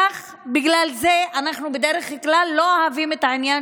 בגלל זה אנחנו בדרך כלל לא אוהבים את העניין